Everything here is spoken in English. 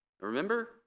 Remember